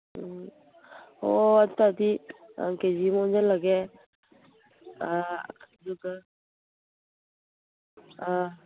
ꯎꯝ ꯑꯣ ꯑꯗꯨ ꯇꯥꯔꯗꯤ ꯀꯦꯖꯤ ꯑꯃ ꯑꯣꯟꯁꯜꯂꯒꯦ ꯑꯗꯨꯒ ꯑꯥ